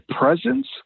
presence